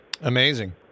Amazing